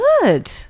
good